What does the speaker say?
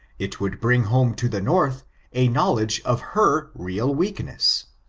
it would bring home to the north a knowledge of her real weakness.